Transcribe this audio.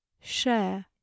share